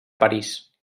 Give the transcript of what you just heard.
parís